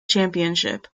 championship